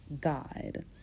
God